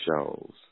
shows